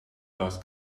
ask